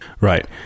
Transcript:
Right